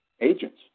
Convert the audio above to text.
agents